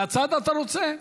מהצד אתה רוצה?